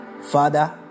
Father